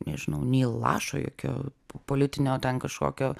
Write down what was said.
nežinau nei lašo jokio politinio ten kažkokio